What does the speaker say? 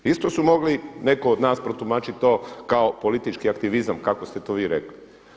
Isto su mogli netko od nas protumačit to kao politički aktivizam kako ste to vi rekli.